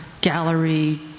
gallery